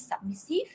submissive